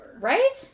Right